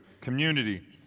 Community